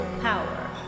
power